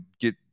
get